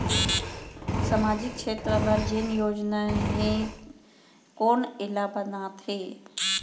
सामाजिक क्षेत्र बर जेन योजना हे कोन एला बनाथे?